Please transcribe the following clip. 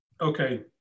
okay